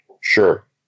Sure